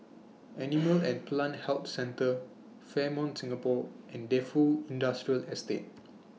Animal and Plant Health Centre Fairmont Singapore and Defu Industrial Estate